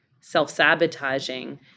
self-sabotaging